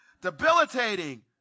Debilitating